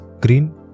green